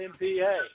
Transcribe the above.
MPA